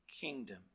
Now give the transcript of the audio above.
kingdom